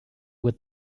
with